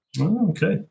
Okay